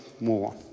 more